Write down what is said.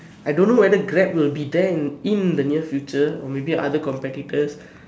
I don't know whether Grab will be there in in the near future or maybe other competitors